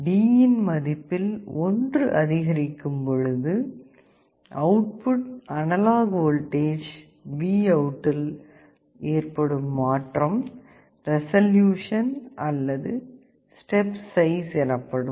D இன் மதிப்பில் ஒன்று அதிகரிக்கும் பொழுது அவுட்புட் அனலாக் வோல்டேஜ் VOUT இல் ஏற்படும் மாற்றம் ரெசல்யூசன் அல்லது ஸ்டெப் சைஸ் எனப்படும்